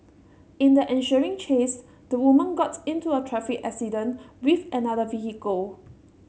in the ensuing chase the woman got into a traffic accident with another vehicle